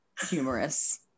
humorous